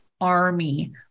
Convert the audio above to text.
army